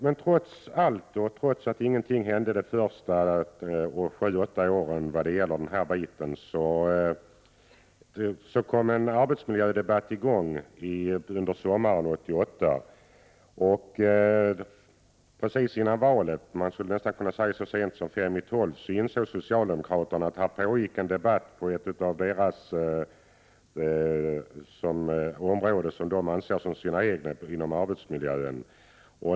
Men trots att ingenting hände de första sju till åtta åren startade en arbetsmiljödebatt under sommaren 1988. Precis före valet, man skulle kunna säga så sent som fem i tolv, insåg socialdemokraterna att det pågick en debatt angående ett område som de ansåg vara deras eget när det gäller arbetsmiljön.